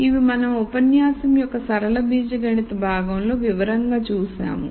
ఇది మనం ఉపన్యాసం యొక్క సరళ బీజగణిత భాగంలో వివరంగా చూశాము